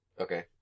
Okay